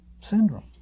syndrome